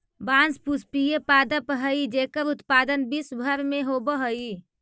बाँस पुष्पीय पादप हइ जेकर उत्पादन विश्व भर में होवऽ हइ